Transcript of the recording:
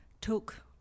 took